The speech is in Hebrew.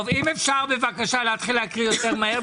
אם אפשר בבקשה להתחיל להקריא יותר מהר,